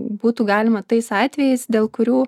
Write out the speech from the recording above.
būtų galima tais atvejais dėl kurių